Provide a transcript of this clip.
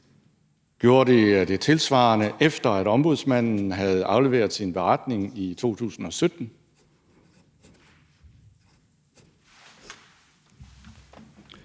Gjorde de det tilsvarende, efter at Ombudsmanden havde afleveret sin beretning i 2017?